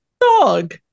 dog